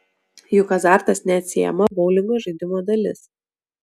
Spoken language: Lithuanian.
juk azartas neatsiejama boulingo žaidimo dalis